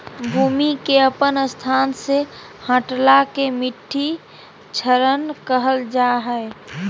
भूमि के अपन स्थान से हटला के मिट्टी क्षरण कहल जा हइ